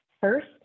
first